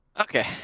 Okay